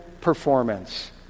performance